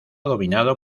dominado